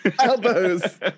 elbows